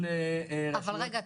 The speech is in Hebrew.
אבל רגע,